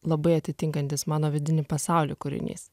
labai atitinkantis mano vidinį pasaulį kūrinys